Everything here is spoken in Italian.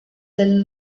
del